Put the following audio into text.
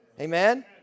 Amen